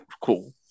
cool